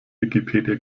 wikipedia